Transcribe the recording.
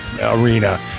arena